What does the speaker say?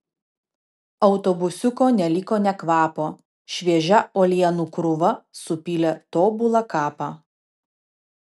autobusiuko neliko nė kvapo šviežia uolienų krūva supylė tobulą kapą